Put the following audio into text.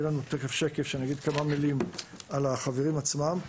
תכף יהיה לנו שקף שבו אגיד כמה מילים על החברים עצמם.